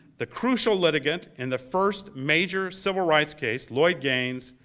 the crucial litigant in the first major civil rights case, lloyd gaines,